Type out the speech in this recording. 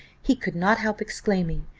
he could not help exclaiming,